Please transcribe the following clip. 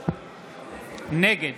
נגד